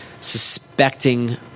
suspecting